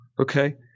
Okay